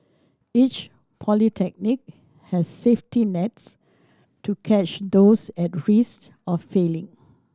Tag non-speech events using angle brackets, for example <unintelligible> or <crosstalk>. each polytechnic has safety nets to catch those at <unintelligible> of failing